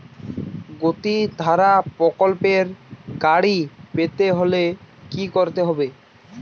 গতিধারা প্রকল্পে গাড়ি পেতে হলে কি করতে হবে?